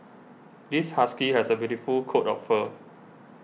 this husky has a beautiful coat of fur